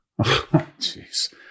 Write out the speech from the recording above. jeez